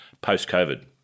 post-COVID